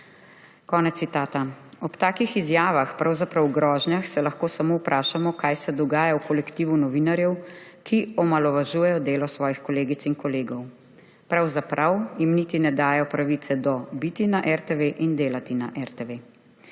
Ob takih izjavah, pravzaprav grožnjah se lahko samo vprašamo, kaj se dogaja v kolektivu novinarjev, ki omalovažujejo delo svojih kolegic in kolegov. Pravzaprav jim niti ne dajo pravice do biti na RTV in delati na RTV.